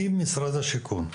אם משרד השיכון,